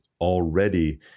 already